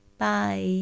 bye